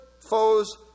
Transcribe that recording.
foes